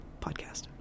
podcast